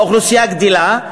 האוכלוסייה גדלה,